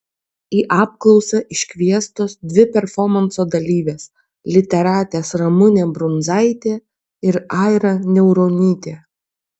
į apklausą iškviestos dvi performanso dalyvės literatės ramunė brunzaitė ir aira niauronytė